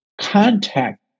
contact